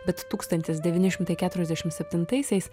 bet tūkstantis devyni šimtai keturiasdešim septintaisiais